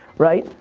right,